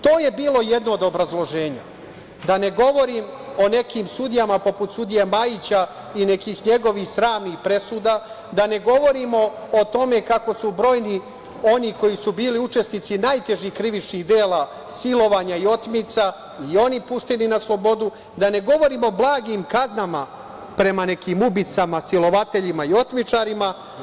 To je bilo jedno od obrazloženja, da ne govorim o nekim sudijama poput sudije Majića i nekih njegovih sramnih presuda, da ne govorim o tome kako su brojni oni koji su bili učesnici najtežih krivičnih dela silovanja i otmica, i oni pušteni na slobodu, da ne govorim o blagim kaznama prema nekim ubicama, silovateljima i otmičarima.